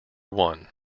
one